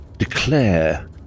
Declare